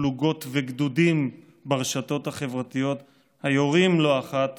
פלוגות וגדודים ברשתות החברתיות היורים לא אחת